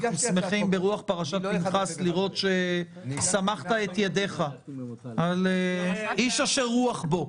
אנחנו שמחים ברוח פרשת פנחס שסמכת את ידיך על איש אשר רוח בו.